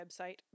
website